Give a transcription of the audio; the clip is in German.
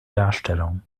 darstellung